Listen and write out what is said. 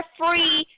free